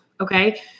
okay